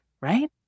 right